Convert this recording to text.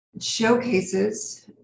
showcases